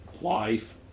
Life